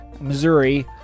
Missouri